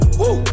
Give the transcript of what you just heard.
woo